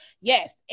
Yes